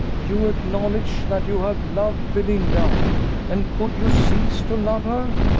you acknowledge that you have loved belinda and could you cease to love her?